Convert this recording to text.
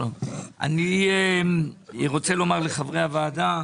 אני רוצה לומר לחברי הוועדה,